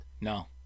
No